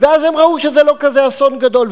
ואז הם ראו שזה לא כזה אסון גדול.